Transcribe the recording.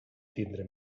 tindre